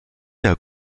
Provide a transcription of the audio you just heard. der